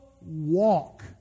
walk